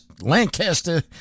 Lancaster